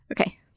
Okay